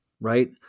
right